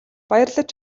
баярлаж